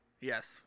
Yes